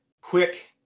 quick